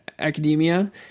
academia